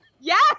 yes